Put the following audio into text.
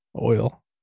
oil